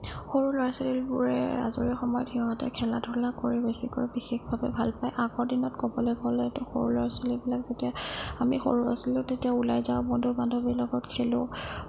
সৰু ল'ৰা ছোৱালীবোৰে আজৰি সময়ত সিহঁতে খেলা ধূলা কৰি বেছিকৈ বিশেষভাৱে ভাল পায় আগৰ দিনত কবলৈ গ'লেতো সৰু ল'ৰা ছোৱালীবিলাক যেতিয়া আমি সৰু আছিলো তেতিয়া ওলাই যাওঁ বন্ধু বান্ধৱীৰ লগত খেলোঁ